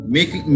Make